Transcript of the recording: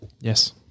Yes